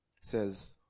says